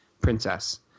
princess